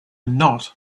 not